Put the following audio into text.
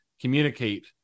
communicate